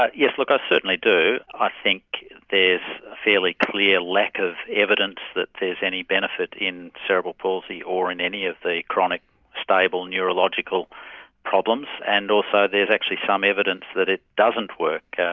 yes, look i certainly do. i think there's fairly clear lack of evidence that there's any benefit in cerebral palsy or in any of the chronic stable, neurological problems, and also there's actually some evidence that it doesn't work.